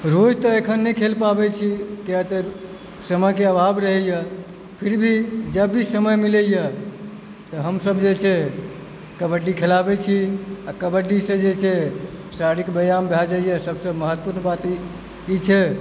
रोज तऽ एखन नहि खेल पाबैत छी किएक तँ समयके अभाव रहैए फिर भी जब भी समय मिलैए हम सब जे छै कबड्डी खेलाबै छी कबड्डी से जे छै शारीरिक व्यायाम भए जाइए सबसँ महत्वपूर्ण बात ई छै